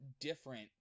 different